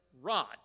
rod